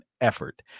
effort